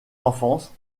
enfance